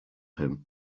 him